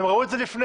הם ראו את זה לפני,